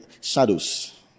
shadows